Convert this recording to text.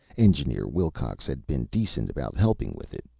engineer wilcox had been decent about helping with it,